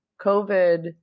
COVID